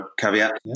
caveat